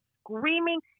screaming